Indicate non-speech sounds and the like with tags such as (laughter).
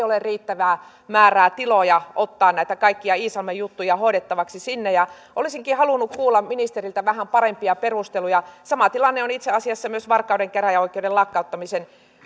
(unintelligible) ole riittävää määrää tiloja ottaa näitä kaikkia iisalmen juttuja hoidettavaksi sinne olisinkin halunnut kuulla ministeriltä vähän parempia perusteluja sama tilanne on itse asiassa myös varkauden käräjäoikeuden lakkauttamisen